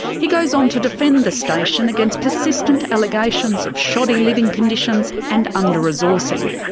he goes on to defend the station against persistent allegations of shoddy living conditions and under-resourcing.